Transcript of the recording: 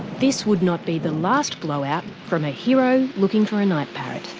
this would not be the last blow-out from a hero looking for a night parrot.